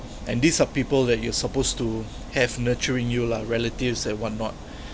and these are people that you're supposed to have nurturing you lah relatives and what not